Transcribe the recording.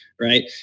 Right